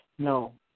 No